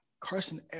Carson